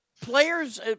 Players